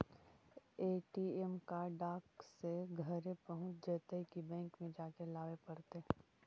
ATM card डाक से घरे पहुँच जईतै कि बैंक में जाके लाबे पड़तै?